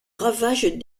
ravages